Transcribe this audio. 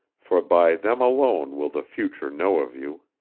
for by them alone will the future know of you.